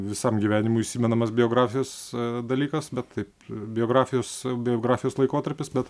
visam gyvenimui įsimenamas biografijos dalykas bet taip biografijos biografijos laikotarpis bet